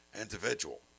individual